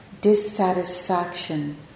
dissatisfaction